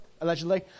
allegedly